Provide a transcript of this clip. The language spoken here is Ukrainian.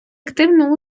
активну